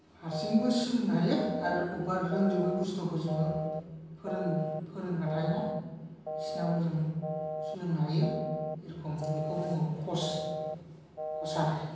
हारसिंबो सोलोंनो हायो आरो अबबा रोंजोबै बुस्तुखौ जोङो फोरों फोरोंग्रा थायोना बिसिनावबो जों सोलोंनो हायो एरखम बेखौ बुङो कच कचार